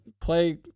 play